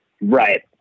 Right